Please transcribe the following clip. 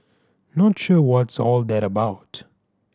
not sure what's all that about